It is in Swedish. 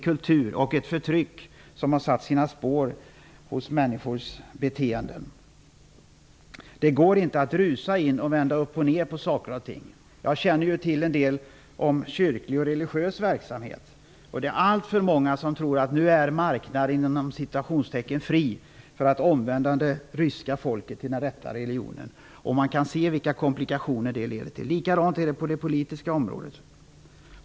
Kulturen och förtrycket har satt sina spår i människors beteende. Det går inte att rusa in och vända upp och ned på saker och ting. Jag känner till en del om kyrklig och religiös verksamhet. Alltför många tror nu att marknaden är ''fri'' för att man skall kunna omvända det ryska folket till den rätta religionen. Man kan se vilka komplikationer det leder till. Likadant är det på det politiska området.